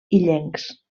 illencs